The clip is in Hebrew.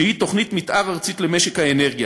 שהיא תוכנית מתאר ארצית למשק האנרגיה.